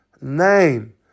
name